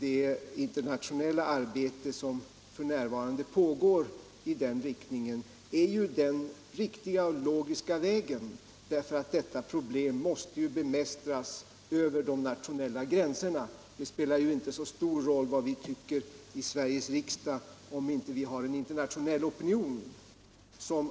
Det internationella arbete som f. n. pågår i den riktningen är den riktiga och logiska vägen, eftersom detta problem måste bemästras över de nationella gränserna. Det spelar inte så stor roll vad vi tycker i Sveriges riksdag, om inte en internationell opinion